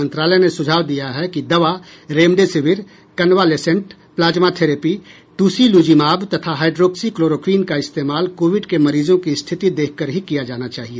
मंत्रालय ने सुझाव दिया है कि दवा remdesivir convalescent plasma therapy tocilizumab तथा हाइड्रोक्सी क्लोरोक्वीन का इस्तेमाल कोविड के मरीजों की स्थिति देखकर ही किया जाना चाहिए